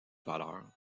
valeur